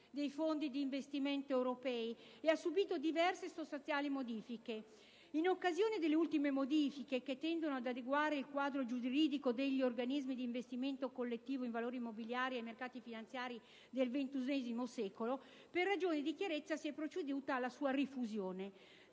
dei fondi di investimento europei ed ha subito diverse e sostanziali modifiche. In occasione delle ultime modifiche, che tendono ad adeguare il quadro giuridico degli organismi di investimento collettivo in valori mobiliari ai mercati finanziari del 21° secolo, per ragioni di chiarezza, si è proceduto alla sua rifusione.